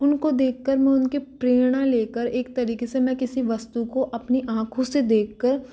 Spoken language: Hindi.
उनको देख कर मैं उनके प्रेरणा लेकर एक तरीके से मैं किसी वस्तु को अपनी आँखों से देख कर